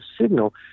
signal